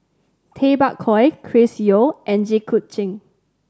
Tay Bak Koi Chris Yeo and Jit Koon Ch'ng